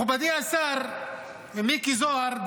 מכובדי השר מיקי זוהר,